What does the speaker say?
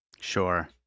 Sure